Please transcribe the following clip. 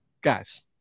guys